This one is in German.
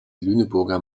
lüneburger